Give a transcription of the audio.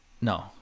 no